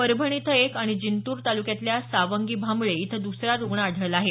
परभणी इथं एक आणि जिंतूर तालुक्यातल्या सावंगी भांबळे इथं दुसरा रुग्ण आढळला आहे